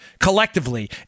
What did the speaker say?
collectively